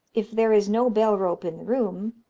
if there is no bell-rope in the room,